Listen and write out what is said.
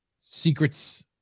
secrets